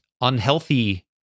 unhealthy